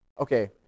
Okay